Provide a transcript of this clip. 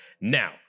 Now